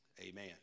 amen